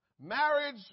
Marriage